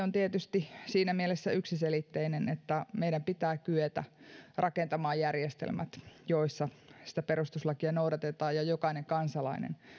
on tietysti siinä mielessä yksiselitteinen että meidän pitää kyetä rakentamaan järjestelmät joissa sitä perustuslakia noudatetaan ja jokainen kansalainen